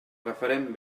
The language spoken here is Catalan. agafarem